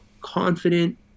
confident